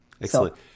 Excellent